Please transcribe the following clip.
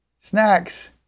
snacks